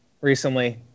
recently